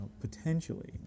potentially